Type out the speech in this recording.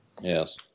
Yes